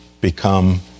become